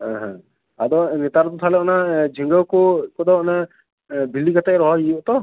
ᱦᱮᱸ ᱟᱫᱚ ᱱᱮᱛᱟᱨ ᱫᱚ ᱛᱟᱦᱚᱞᱮ ᱚᱱᱟ ᱡᱷᱤᱜᱟᱹ ᱠᱚ ᱠᱚᱫᱚ ᱚᱱᱮ ᱵᱷᱤᱞᱤ ᱠᱟᱛᱮᱫ ᱨᱚᱦᱚᱭ ᱦᱩᱭᱩᱜᱼᱟ ᱛᱚ